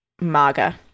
maga